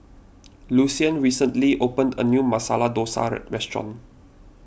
Lucian recently opened a new Masala Dosa restaurant